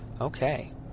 okay